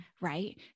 right